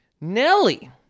Nelly